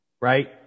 right